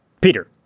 Peter